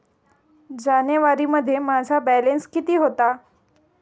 जानेवारीमध्ये माझा बॅलन्स किती होता?